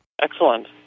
Excellent